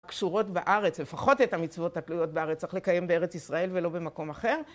הקשורות בארץ, לפחות את המצוות התלויות בארץ, צריך לקיים בארץ ישראל ולא במקום אחר.